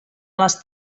les